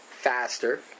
faster